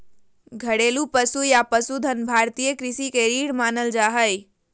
घरेलू पशु या पशुधन भारतीय कृषि के रीढ़ मानल जा हय